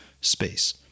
space